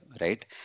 right